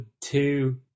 two